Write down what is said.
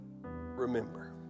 remember